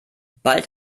bald